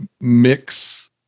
mix